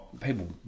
people